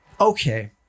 Okay